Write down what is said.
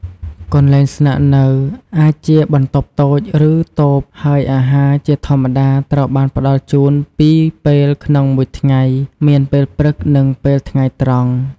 កន្លែងស្នាក់នៅអាចជាបន្ទប់តូច ឬតូប ហើយអាហារជាធម្មតាត្រូវបានផ្តល់ជូនពីរពេលក្នុងមួយថ្ងៃ មានពេលព្រឹកនិងពេលថ្ងៃត្រង់។